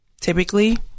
typically